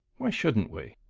why shouldn't we?